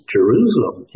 Jerusalem